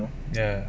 ya